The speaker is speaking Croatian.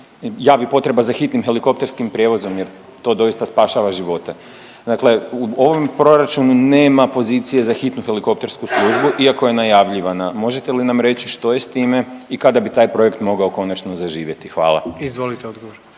javi potreba za hitnim helikopterskim prijevozom, jer to doista spašava živote. Dakle, u ovom proračunu nema pozicije za hitnu helikoptersku službu iako je najavljivana. Možete li nam reći što je s time i kada bi taj projekt mogao konačno zaživjeti? Hvala. **Jandroković,